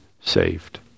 saved